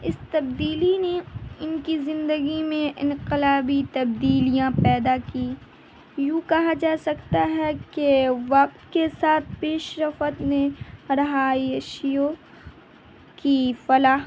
اس تبدیلی نے ان کی زندگی میں انقلابی تبدیلیاں پیدا کی یوں کہا جا سکتا ہے کہ وقت کے ساتھ پیش رفت نے رہائشیوں کی فلاح